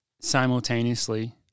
simultaneously